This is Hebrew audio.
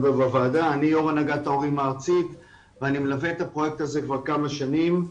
אני יו"ר הנהגת ההורים הארצית ואני מלווה את הפרויקט הזה כבר כמה שנים.